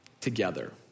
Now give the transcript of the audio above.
together